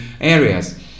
areas